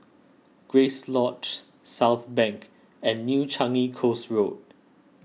Grace Lodge Southbank and New Changi Coast Road